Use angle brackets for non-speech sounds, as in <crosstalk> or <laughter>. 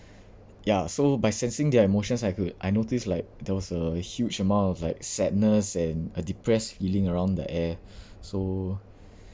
ya so by sensing their emotions I could I noticed like there was a huge amount of like sadness and a depressed feeling around the air <breath> so